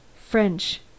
French